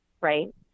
right